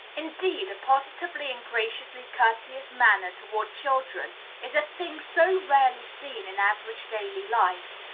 indeed, a positively and graciously courteous manner toward children is a thing so rarely seen in average daily life,